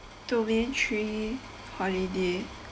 domain three holiday